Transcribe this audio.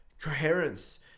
coherence